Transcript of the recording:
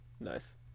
Nice